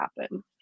happen